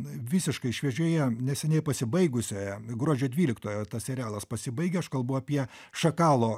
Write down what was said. visiškai šviežioje neseniai pasibaigusioje gruodžio dvyliktojo tas serialas pasibaigė aš kalbu apie šakalo